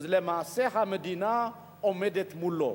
למעשה המדינה עומדת מולו,